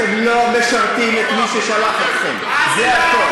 אתם לא משרתים את מי ששלח אתכם, זה הכול.